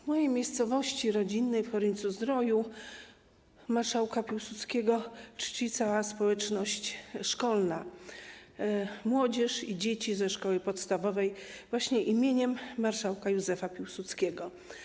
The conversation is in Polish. W mojej miejscowości rodzinnej, Horyńcu-Zdroju, marszałka Piłsudskiego czci cała społeczność szkolna, młodzież i dzieci ze szkoły podstawowej im. marszałka Józefa Piłsudskiego.